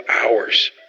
hours